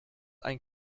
ein